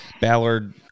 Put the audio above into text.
Ballard